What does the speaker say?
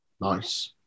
Nice